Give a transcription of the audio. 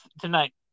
tonight